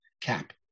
cap